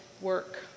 work